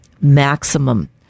maximum